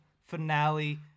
finale